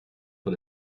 vor